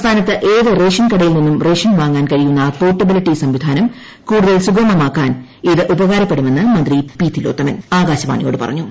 സംസ്ഥാനത്ത് ഏത് റേഷൻ കടയിൽ നിന്നും റേഷൻ വാങ്ങാൻ കഴിയുന്ന പോർട്ടബിലിറ്റി സംവിധാനം കുടൂതൽ സുഗമമാക്കാൻ ഇത് ഉപകാരപ്പെടുമെന്ന് ് മന്ത്രി പി തിലോത്തമൻ ആകാശവാണിയോട് പറഞ്ഞു